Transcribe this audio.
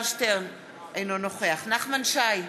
אינו נוכח נחמן שי,